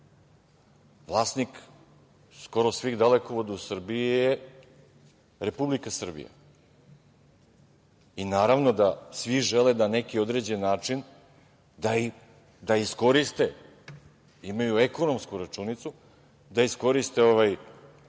skoro svih dalekovoda u Srbiji je Republika Srbija i naravno da svi žele da na neki određen način da iskoriste, imaju ekonomsku računicu, da iskoriste te